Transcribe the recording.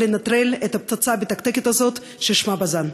אפשר לנטרל את הפצצה המתקתקת הזאת ששמה בז"ן.